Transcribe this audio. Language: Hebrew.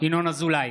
ינון אזולאי,